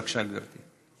בבקשה, גברתי.